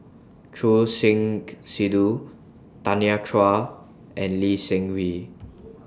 Choor Singh Sidhu Tanya Chua and Lee Seng Wee